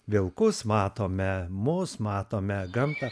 vilkus matome mus matome gamtą